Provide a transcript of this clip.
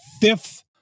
fifth